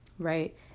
right